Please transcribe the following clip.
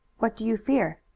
what do you fear?